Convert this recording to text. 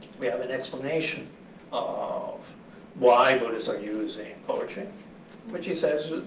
we have an explanation of why buddhists are using poetry. which he says,